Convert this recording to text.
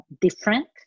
different